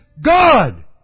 God